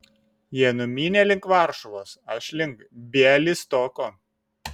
jie numynė link varšuvos aš link bialystoko